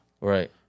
Right